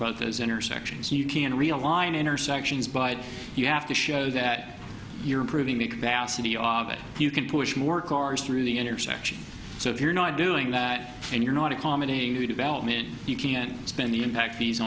both those intersections you can realign intersections but you have to show that you're improving the capacity of it if you can push more cars through the intersection so if you're not doing that and you're not accommodating new development you can't spend the impact fees